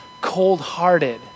cold-hearted